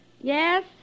Yes